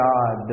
God